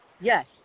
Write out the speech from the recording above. Yes